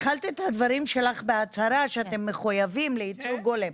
דבריך בהצהרה שאתם מחויבים לייצוג הולם.